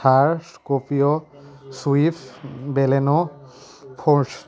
Thar scorpio swift Baleno force